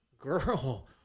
girl